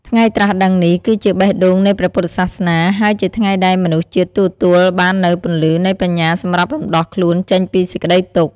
ថ្ងៃត្រាស់ដឹងនេះ គឺជាបេះដូងនៃព្រះពុទ្ធសាសនា ហើយជាថ្ងៃដែលមនុស្សជាតិទទួលបាននូវពន្លឺនៃបញ្ញាសម្រាប់រំដោះខ្លួនចេញពីសេចក្ដីទុក្ខ។